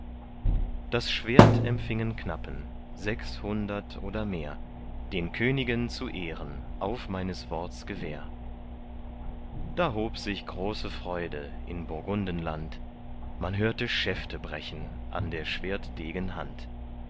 das schwert empfingen knappen sechshundert oder mehr den königen zu ehren auf meines worts gewähr da hob sich große freude in burgundenland man hörte schäfte brechen an der schwertdegen hand